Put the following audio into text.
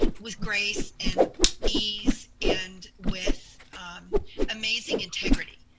with grace and ease and with amazing integrity.